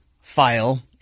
file